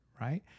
right